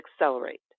accelerate